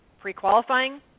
pre-qualifying